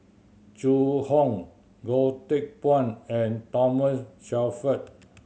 Zhu Hong Goh Teck Phuan and Thomas Shelford